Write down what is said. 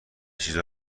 چیزو